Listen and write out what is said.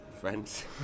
friends